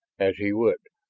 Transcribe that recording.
as he would.